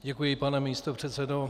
Děkuji, pane místopředsedo.